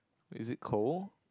is it cold